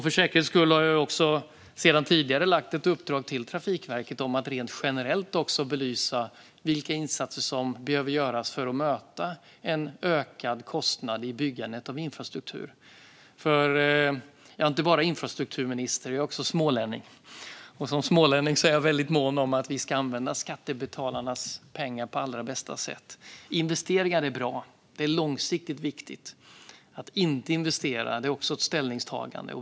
För säkerhets skull har jag tidigare gett Trafikverket i uppdrag att generellt belysa vilka insatser som behöver göras för att möta en ökad kostnad i byggandet av infrastruktur. Jag är inte bara infrastrukturminister utan också smålänning, och som smålänning är jag mån om att vi använder skattebetalarnas pengar på allra bästa sätt. Investeringar är bra och långsiktigt viktiga. Att inte investera är också ett ställningstagande.